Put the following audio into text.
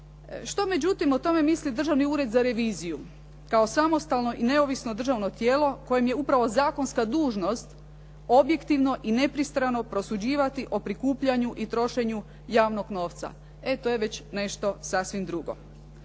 Što međutim o tome misli Državni ured za reviziju kao samostalno i neovisno državno tijelo kojem je upravo zakonska dužnost objektivno i nepristrano prosuđivati o prikupljanju i trošenju javnog novca? E, to je već nešto sasvim drugo.